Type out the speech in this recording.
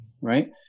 right